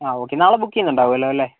ആ ഓക്കേ നാളെ ബുക്ക് ചെയ്യുന്നുണ്ടാവുമല്ലോ അല്ലേ